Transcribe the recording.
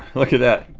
look at that.